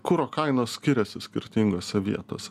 kuro kainos skiriasi skirtingose vietose